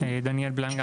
דניאל בלנגה,